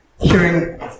Hearing